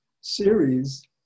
series